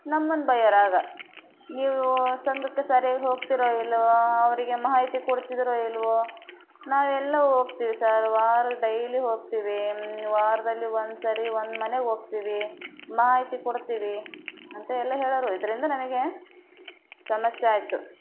ನಮ್ಮನ್ನ ಬಯ್ಯೋರು ಆಗ ನೀವು ಸಂಘಕ್ಕೆ ಸರ್ಯಾಗಿ ಹೋಗ್ತೀರೋ ಇಲ್ಲವೋ ಅವರಿಗೆ ಮಾಹಿತಿ ಕೊಡ್ತಿದ್ದೀರೋ ಇಲ್ಲವೋ ನಾವು ಎಲ್ಲ ಹೋಗ್ತೀವಿ ಸರ್ ವಾರ ಡೈಲಿ ಹೋಗ್ತೀವಿ ವಾರದಲ್ಲಿ ಒಂದು ಸಾರಿ ಒಂದು ಮನೆಗೆ ಹೋಗ್ತೀವಿ ಮಾಹಿತಿ ಕೊಡ್ತೀವಿ ಅಂತ ಎಲ್ಲ ಹೇಳೋರು ಇದರಿಂದ ನನಗೆ ಸಮಸ್ಯೆ ಆಯಿತು